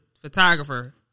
photographer